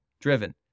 driven